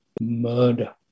murder